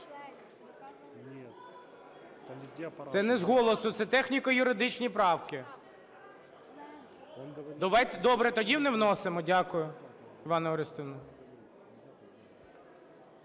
Це не з голосу. Це техніко-юридичні правки. Добре, тоді не вносимо. Дякую, Іванна Орестівна.